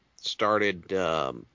started –